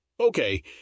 Okay